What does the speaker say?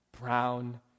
brown